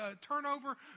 turnover